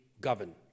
govern